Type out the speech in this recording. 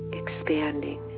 expanding